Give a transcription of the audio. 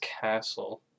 Castle